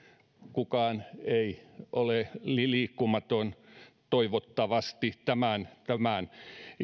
kukaan ei ole liikkumaton toivottavasti tämän